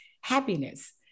happiness